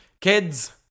Kids